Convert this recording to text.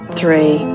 three